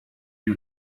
you